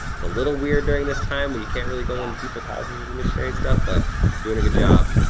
it's a little weird during this time, when you can't really go on people's houses as a missionary and stuff, but doing a good job.